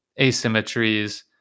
asymmetries